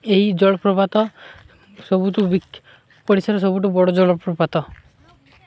ଏହି ଜଳପ୍ରପାତ ସବୁଠୁ ସବୁଠୁ ବଡ଼ ଜଳପ୍ରପାତ